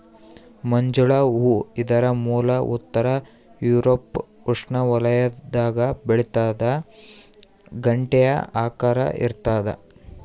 ಮಂಜುಳ ಹೂ ಇದರ ಮೂಲ ಉತ್ತರ ಯೂರೋಪ್ ಉಷ್ಣವಲಯದಾಗ ಬೆಳಿತಾದ ಗಂಟೆಯ ಆಕಾರ ಇರ್ತಾದ